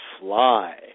fly